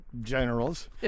generals